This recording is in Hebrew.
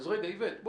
אז איווט רגע,